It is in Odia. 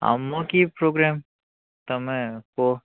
ଆମର କି ପୋଗ୍ରାମ ତମେ କୁହ